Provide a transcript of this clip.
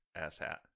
asshat